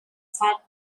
fat